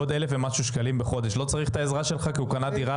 בעוד 1,000 ומשהו שקלים בחודש לא צריך את העזרה שלך כי הוא קנה דירה